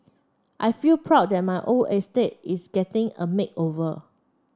I feel proud that my old estate is getting a makeover